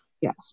yes